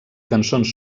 cançons